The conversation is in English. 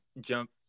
jump